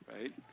right